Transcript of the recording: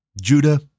Judah